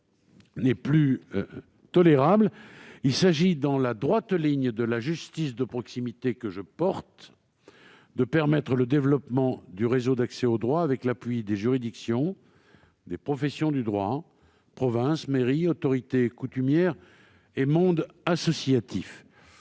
n'est plus tolérable. Il s'agit, dans la droite ligne de la justice de proximité que je porte, de permettre le développement du réseau d'accès au droit, avec l'appui des juridictions, des professions du droit : provinces, mairies, autorités coutumières et monde associatif.